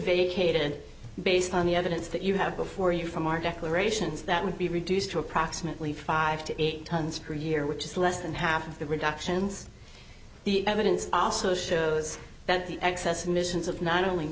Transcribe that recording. vacated based on the evidence that you have before you from our declarations that would be reduced to approximately five to eight tons per year which is less than half of the reductions the evidence also shows that the excess missions of not only